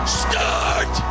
start